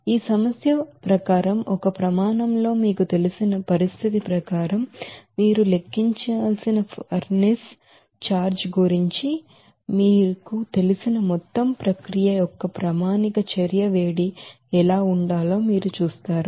ఈ సమస్య ప్రకారం ఒక ప్రమాణంలో మీకు తెలిసిన పరిస్థితి ప్రకారం మీరు లెక్కించాల్సిన ఫర్నేస్ ఛార్జ్ గురించి మీకు తెలిసిన మొత్తం ప్రక్రియ యొక్క స్టాండ్డ్ర్డ్ హీట్ అఫ్ రియాక్షన్ ఎలా ఉండాలో మీరు చూస్తారు